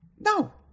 No